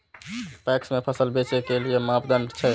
PACS में फसल बेचे के कि मापदंड छै?